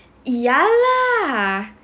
ya lah